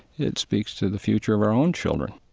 it speaks to the future of our own children